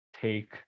take